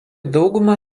daugumą